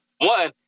one